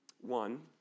One